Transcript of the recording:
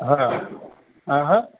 હા આહા